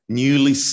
newly